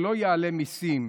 שלא יעלה מיסים.